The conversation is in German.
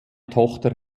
tochter